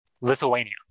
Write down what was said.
lithuania